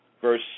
Verse